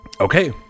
Okay